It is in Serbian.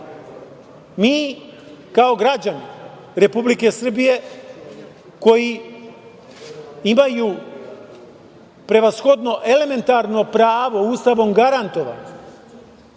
kao građani Republike Srbije koji imaju prevashodno elementarno pravo, Ustavom garantovano,